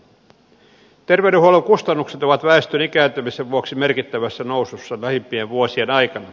terveydenhuollon kustannukset ovat väestön ikääntymisen vuoksi merkittävässä nousussa lähimpien vuosien aikana